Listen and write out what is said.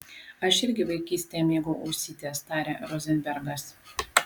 aš irgi vaikystėje mėgau ausytes tarė rozenbergas